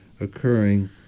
occurring